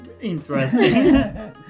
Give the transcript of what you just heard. interesting